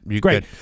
Great